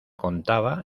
contaba